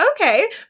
okay